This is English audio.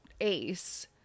Ace